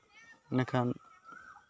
ᱮᱸᱰᱮᱠᱷᱟᱱ